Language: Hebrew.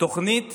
תוכנית